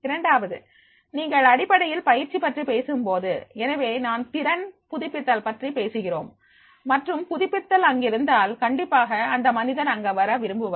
இரண்டாவது நீங்கள் அடிப்படையில் பயிற்சி பற்றி பேசும்போது எனவே நாம் திறன் புதுப்பித்தல் பற்றி பேசுகிறோம் மற்றும் புதுப்பித்தல் அங்கிருந்தால் கண்டிப்பாக அந்த மனிதர் அங்கு வர விரும்புவார்